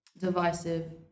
divisive